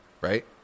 Right